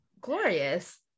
glorious